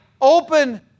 open